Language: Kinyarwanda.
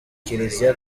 kiliziya